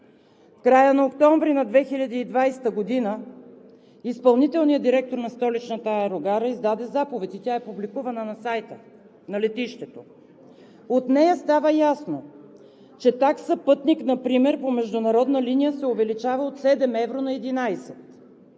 края на октомври 2020 г. изпълнителният директор на столичната аерогара издаде заповед и тя е публикувана на сайта на летището. От нея става ясно, че такса пътник например по международна линия се увеличава от 7 евро на 11 евро,